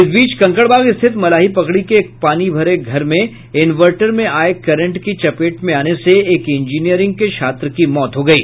इस बीच कंकड़बाग स्थित मलाही पकड़ी के एक पानी भरे घर में इनवर्टर में आये करंट की चपेट में आने से एक इंजीनियरिंग के छात्र की मौत हो गयी